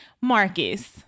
Marcus